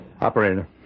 Operator